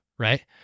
Right